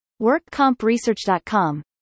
WorkCompResearch.com